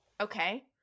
Okay